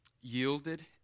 yielded